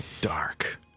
dark